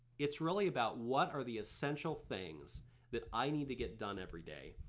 it's really about what are the essential things that i need to get done every day.